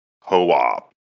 co-op